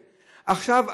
עכשיו,